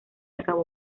acabó